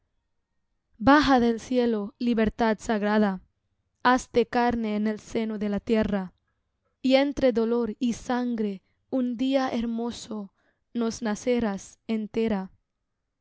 baja del cielo libertad sagrada hazte carne en el seno de la tierra y entre dolor y sangre un día hermoso nos nacerás entera